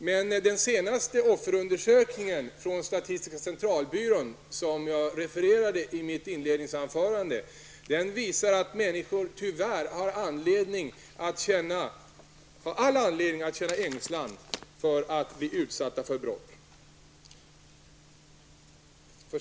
Men den senaste offerundersökningen från statistiska centralbyrån, som jag refererade i mitt inledningsanförande, visar att människor tyvärr har all anledning att känna ängslan för att bli utsatta för brott.